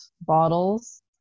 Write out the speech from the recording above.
bottles